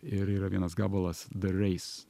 ir yra vienas gabalas de reis